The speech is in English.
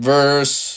Verse